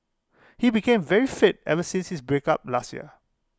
he became very fit ever since his breakup last year